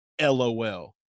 LOL